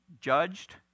judged